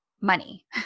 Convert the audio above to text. money